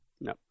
No